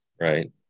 right